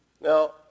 Now